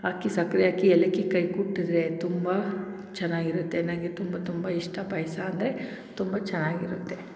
ಹಾಕಿ ಸಕ್ಕರೆ ಹಾಕಿ ಏಲಕ್ಕಿ ಕಾಯಿ ಕೊಟ್ರೆ ತುಂಬ ಚೆನ್ನಾಗಿರುತ್ತೆ ನನಗೆ ತುಂಬ ತುಂಬ ಇಷ್ಟ ಪಾಯಸ ಅಂದರೆ ತುಂಬ ಚೆನ್ನಾಗಿರುತ್ತೆ